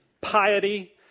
piety